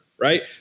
right